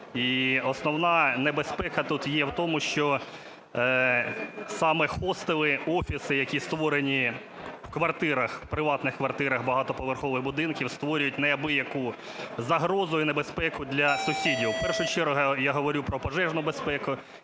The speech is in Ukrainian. основна небезпека тут є в тому, що саме хостели, офіси, які створені в квартирах, приватних квартирах багатоповерхових будинків, створюють неабияку загрозу і небезпеку для сусідів. В першу чергу я говорю про пожежну безпеку,